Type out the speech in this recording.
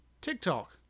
tiktok